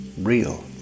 real